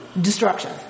destruction